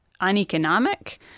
uneconomic